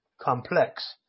complex